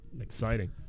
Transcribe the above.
Exciting